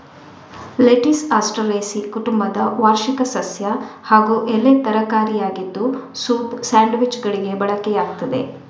lettuce Asteraceae ಕುಟುಂಬದ ವಾರ್ಷಿಕ ಸಸ್ಯ ಹಾಗೂ ಎಲೆ ತರಕಾರಿಯಾಗಿದ್ದು ಸೂಪ್, ಸ್ಯಾಂಡ್ವಿಚ್ಚುಗಳಿಗೆ ಬಳಕೆಯಾಗ್ತದೆ